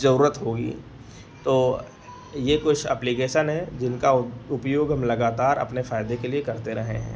ज़रूरत होगी तो यह कुछ एप्लीकेशन हैं जिनका उपयोग हम लगातार अपने फ़ायदे के लिए करते रहे हैं